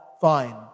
Fine